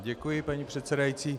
Děkuji, paní předsedající.